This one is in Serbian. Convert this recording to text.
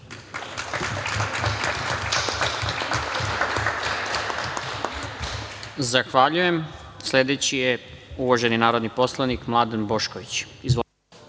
Zahvaljujem. Sledeći je uvaženi narodni poslanik Mladen Bošković.